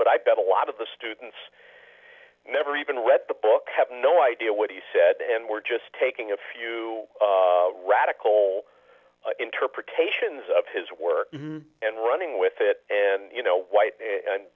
but i bet a lot of the students never even read the book have no idea what he said and we're just taking a few radical interpretations of his work and running with it you know white